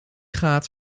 gaat